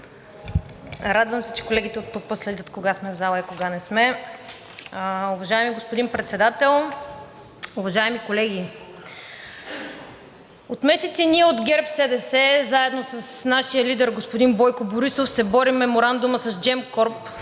Радвам се, че колегите от ПП следят кога сме в залата и кога не сме. Уважаеми господин Председател, уважаеми колеги! От месеци ние от ГЕРБ-СДС заедно с нашия лидер господин Бойко Борисов се борим меморандумът с Gemcorp,